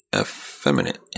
effeminate